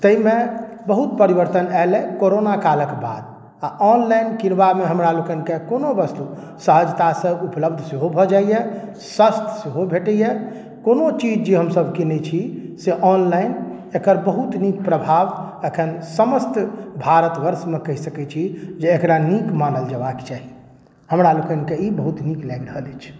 ताहिमे बहुत परिवर्तन आयलए कोरोना कालक बाद आ ऑनलाइन किनबामे हमरा लोकनिके कोनो वस्तु सहजतासँ उपलब्ध सेहो भऽ जाइए सस्त सेहो भेटैए कोनो चीज जे हमसभ कीनैत छी से ऑनलाइन एकर बहुत नीक प्रभाव एखन समस्त भारत वर्षमे कहि सकैत छी जे एकरा नीक मानल जयबाक चाही हमरा लोकनिके ई बहुत नीक लागि रहल अछि